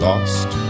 Lost